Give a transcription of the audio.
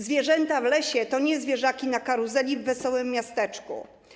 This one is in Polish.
Zwierzęta w lesie to nie zwierzaki na karuzeli w wesołym miasteczku.